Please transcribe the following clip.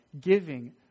giving